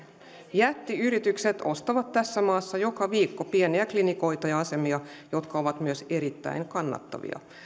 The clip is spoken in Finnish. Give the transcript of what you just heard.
jättiyritykset ostavat tässä maassa joka viikko pieniä klinikoita ja asemia jotka ovat myös erittäin kannattavia